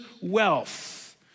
wealth